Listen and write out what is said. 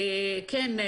כן,